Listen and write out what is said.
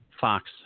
Fox